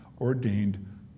ordained